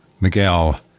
Miguel